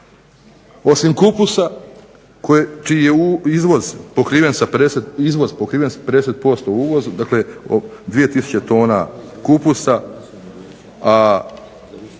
osim kupusa čiji je izvoz pokriven sa 50% uvoza, dakle 2 tisuće tona kupusa